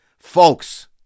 Folks